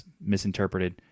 misinterpreted